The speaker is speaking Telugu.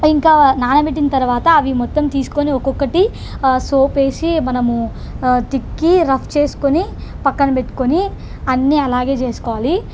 ఇంకా నానబెట్టిన తర్వాత అవి మొత్తం తీసుకుని ఒక్కొక్కటి సోపు వేసి మనము తిక్కి రఫ్ చేసుకుని పక్కన పెట్టుకొని అన్నీ అలాగే చేసుకోవాలి